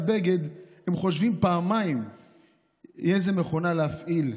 הם חושבים פעמיים איזו מכונה להפעיל,